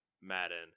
Madden